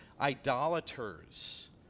idolaters